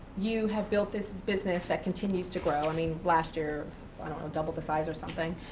you have built this business that continues to grow. i mean, last year, it was double the size or something.